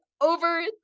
over